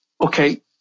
okay